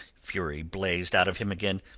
fury blazed out of him again.